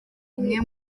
umwe